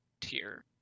tier